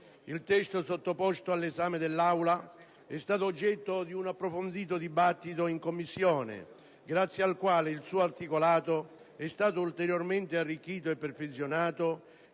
Il testo sottoposto all'esame dell'Aula è stato oggetto di un approfondito dibattito in Commissione, grazie al quale il suo articolato è stato ulteriormente arricchito e perfezionato,